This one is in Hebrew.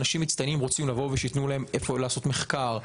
אנשים מצטיינים רוצים לבוא ושייתנו להם מקום לעשות מחקר,